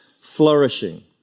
flourishing